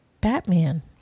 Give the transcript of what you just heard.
Batman